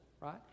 right